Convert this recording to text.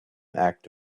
act